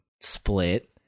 split